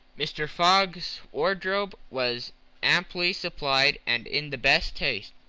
mr. fogg's wardrobe was amply supplied and in the best taste.